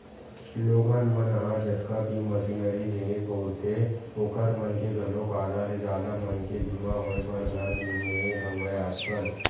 लोगन मन ह जतका भी मसीनरी जिनिस बउरथे ओखर मन के घलोक आधा ले जादा मनके बीमा होय बर धर ने हवय आजकल